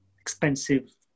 expensive